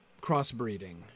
crossbreeding